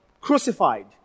crucified